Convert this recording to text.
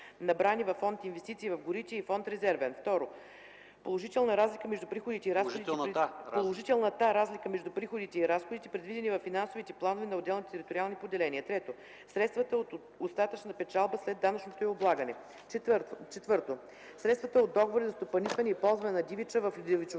набрани във фонд „Инвестиции в горите” и фонд „Резервен”; 2. положителната разлика между приходите и разходите, предвидени във финансовите планове на отделните териториални поделения; 3. средствата от остатъчната печалба след данъчното й облагане; 4. средствата от договори за стопанисване и ползване на дивеча в дивечовъдните